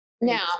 Now